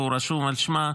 והוא רשום על שמה,